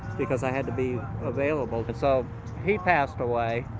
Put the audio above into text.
because i had to be available. and so he passed away.